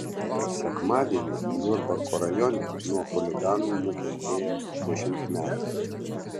sekmadienį jurbarko rajone nuo chuliganų nukentėjo dešimtmetė